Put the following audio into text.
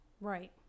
Right